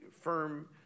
firm